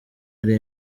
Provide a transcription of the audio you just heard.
ari